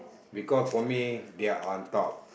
because for me they are on top